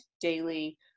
daily